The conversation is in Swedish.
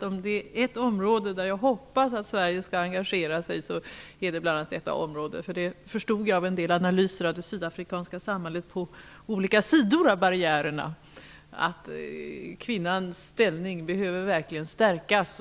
Om det är ett område där jag hoppas att Sverige skall engagera sig är det bl.a. detta område. Jag förstod av analyser av det sydafrikanska samhället på olika sidor av barriärerna att kvinnans ställning verkligen behöver stärkas.